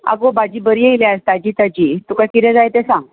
आगो भाजी बरी येयल्या ताजी ताजी तुका कितें जाय तें सांग